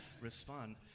respond